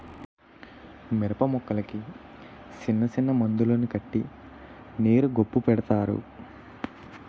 మిరపమొక్కలకి సిన్నసిన్న మందులను కట్టి నీరు గొప్పు పెడతారు